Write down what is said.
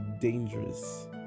dangerous